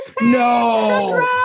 No